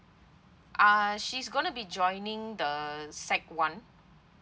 ah she's gonna be joining the sec one